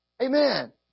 amen